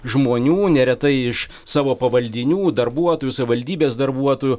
žmonių neretai iš savo pavaldinių darbuotojų savivaldybės darbuotojų